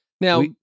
Now